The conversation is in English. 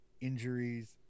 injuries